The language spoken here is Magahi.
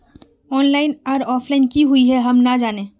ऑनलाइन आर ऑफलाइन की हुई है हम ना जाने?